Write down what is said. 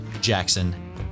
Jackson